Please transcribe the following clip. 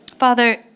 Father